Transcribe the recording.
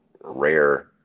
rare